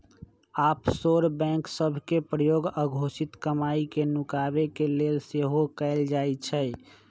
offshore bank सभ के प्रयोग अघोषित कमाई के नुकाबे के लेल सेहो कएल जाइ छइ